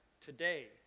today